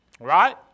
Right